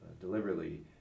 deliberately